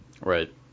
Right